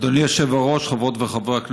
אדוני היושב-ראש, חברות וחברי הכנסת,